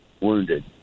wounded